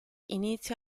inizia